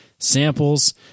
samples